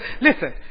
Listen